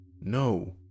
No